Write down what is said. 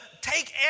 take